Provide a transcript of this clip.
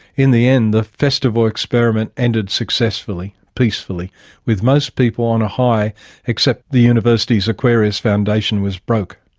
in the end the festival experiment ended successfully, peacefully with most people on a high except the universities' aquarius foundation was broke.